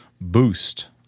boost